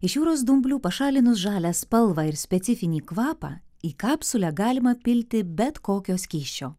iš jūros dumblių pašalinus žalią spalvą ir specifinį kvapą į kapsulę galima pilti bet kokio skysčio